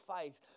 faith